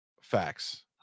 facts